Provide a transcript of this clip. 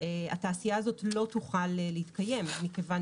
התעשייה הזאת לא תוכל להתקיים מכיוון